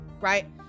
right